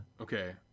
Okay